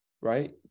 Right